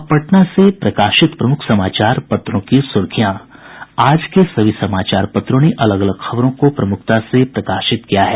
अब पटना से प्रकाशित प्रमुख समाचार पत्रों की सुर्खियां आज के सभी समाचार पत्रों ने अलग अलग खबरों को प्रमूखता से प्रकाशित किया है